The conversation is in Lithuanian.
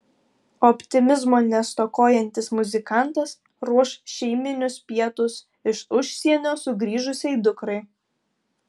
optimizmo nestokojantis muzikantas ruoš šeiminius pietus iš užsienio sugrįžusiai dukrai